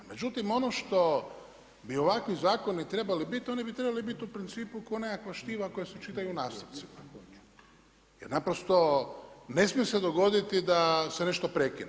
Međutim ono što bi ovakvi zakoni trebali biti oni bi trebali biti u principu ko nekakva štiva koja se čitaju u nastavcima jer naprosto ne smije se dogoditi da se nešto prekine.